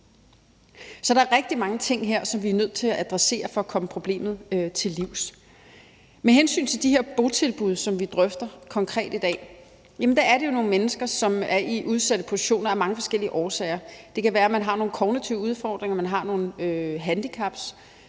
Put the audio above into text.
Så der er rigtig mange ting her, som vi er nødt til at adressere for at komme problemet til livs. Med hensyn til de her botilbud, som vi konkret drøfter i dag, er der jo tale om nogle mennesker, som er i udsatte positioner af mange forskellige årsager. Det kan være, man har nogle kognitive udfordringer, og at man har nogle handicaps.